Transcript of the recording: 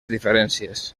diferències